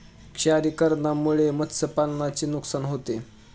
क्षारीकरणामुळे मत्स्यपालनाचे नुकसान होते